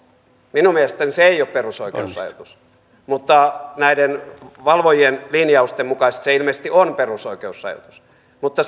minun mielestäni se ei ole perusoikeusrajoitus mutta näiden valvojien linjausten mukaisesti se ilmeisesti on perusoikeusrajoitus mutta